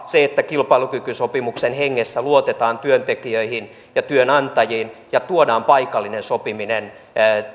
se että kilpailukykysopimuksen hengessä luotetaan työntekijöihin ja työnantajiin ja tuodaan paikallinen sopiminen